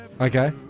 Okay